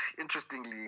interestingly